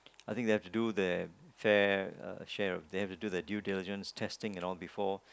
I think they have to do their fair share they have to do their due diligence testing and all before